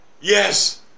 Yes